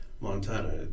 Montana